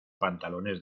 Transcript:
pantalones